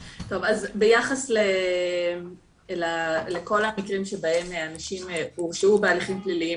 ביחס לכל המקרים שבהם אנשים הורשעו בהליכים פליליים,